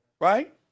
Right